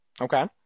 Okay